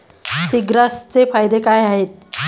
सीग्रासचे फायदे काय आहेत?